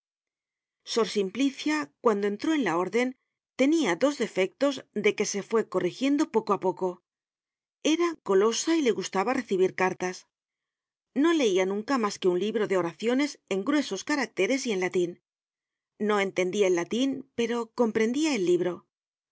sor simplicia cuando entró en la orden tenia dos defectos de que se fue corrigiendo poco á poco era golosa y le gustaba recibir cartas no leia nunca mas que un libro de oraciones en gruesos caractéres y en latin no entendia el latin pero comprendia el libro la